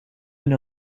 une